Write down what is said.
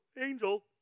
angel